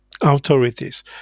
authorities